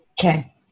Okay